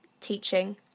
teaching